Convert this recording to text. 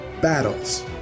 battles